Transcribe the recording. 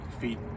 feet